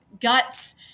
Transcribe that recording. guts